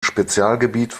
spezialgebiet